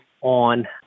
on